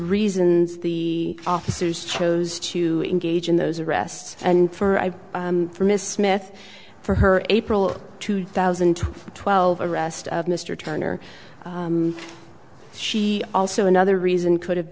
reasons the officers chose to engage in those arrests and for for miss smith for her april two thousand and twelve arrest of mr turner she also another reason could have